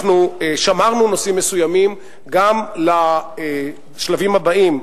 שמרנו נושאים מסוימים לשלבים הבאים,